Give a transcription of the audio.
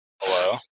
Hello